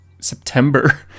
September